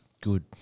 good